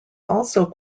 also